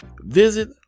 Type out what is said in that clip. Visit